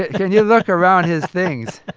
can you look around his things?